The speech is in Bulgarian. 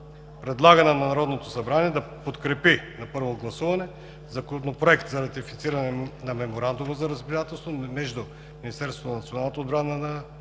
Предлага на Народното събрание да подкрепи на първо гласуване Законопроект за ратифициране на Меморандума за разбирателство между